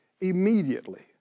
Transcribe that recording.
immediately